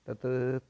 तत्